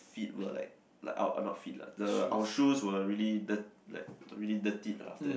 feet were like like uh not feet lah the our shoes were really dir~ like really dirtied ah after that